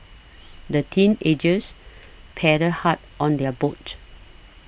the teenagers paddled hard on their boat